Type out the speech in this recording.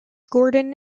gordon